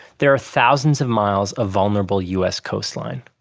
there are thousands of miles of vulnerable us coastline.